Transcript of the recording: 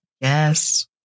Yes